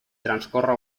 transcorre